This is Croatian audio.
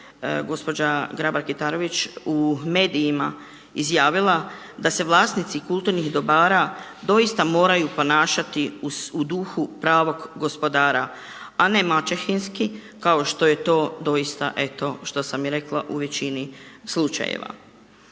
gospođa Grabar Kitarović u medijima izjavila da se vlasnici kulturnih dobara doista moraju ponašati u duhu pravog gospodara, a ne maćehinski kao što je to doista eto što sam i rekla u većini slučajeva.